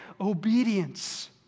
obedience